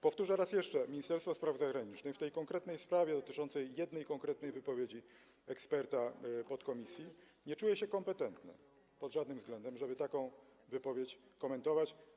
Powtórzę raz jeszcze: Ministerstwo Spraw Zagranicznych w tej konkretniej sprawie dotyczącej jednej konkretnej wypowiedzi eksperta podkomisji nie czuje się kompetentne pod żadnym względem, żeby taką wypowiedź komentować.